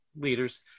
leaders